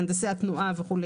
מהנדסי התנועה וכו',